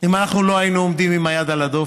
אם אנחנו לא היינו עומדים עם היד על הדופק.